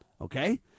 Okay